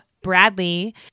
Bradley